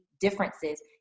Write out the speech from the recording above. differences